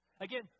Again